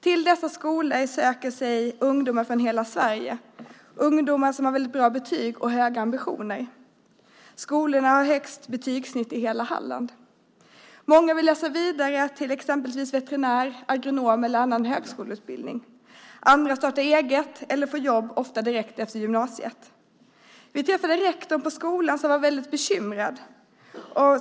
Till dessa skolor söker sig ungdomar från hela Sverige. Det är ungdomar med bra betyg och höga ambitioner. Skolorna har högst betygssnitt i hela Halland. Många vill läsa vidare till exempelvis veterinär, agronom eller på annan högskoleutbildning. Andra startar eget eller får jobb ofta direkt efter gymnasiet. Vi träffade rektorn på skolan, som var bekymrad.